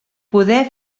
poder